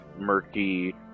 murky